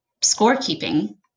scorekeeping